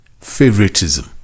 favoritism